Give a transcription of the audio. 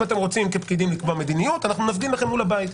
אם אתם רוצים כפקידים לקבוע מדיניות אנחנו נפגין לכם מול הבית,